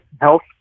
health